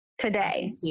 today